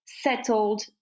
settled